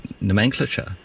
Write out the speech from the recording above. nomenclature